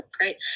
right